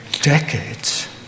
decades